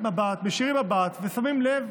כשמישירים מבט ושמים לב,